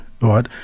right